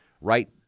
right